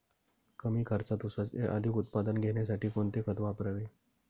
कमी खर्चात ऊसाचे अधिक उत्पादन घेण्यासाठी कोणते खत वापरावे?